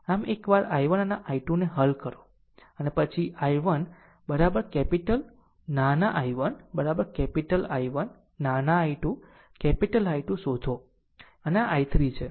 આમ એકવાર I1 અને I2 ને હલ કરો પછી I1 કેપીટલ નાના I1 કેપીટલ I1 નાના I2 કેપીટલ I2શોધો અને આ I3 છે